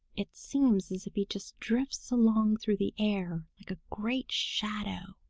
it seems as if he just drifts along through the air like a great shadow.